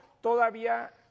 todavía